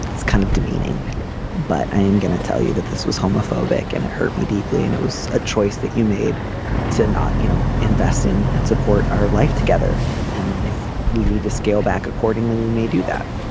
it's kind of demeaning but i am going to tell you that this was homophobic and it hurt me deeply and it was a choice that you made to not you know invest in and support our life together and if we need to scale back accordingly we may do that.